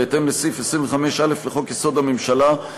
בהתאם לסעיף 25(א) לחוק-יסוד: הממשלה,